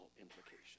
implications